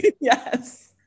Yes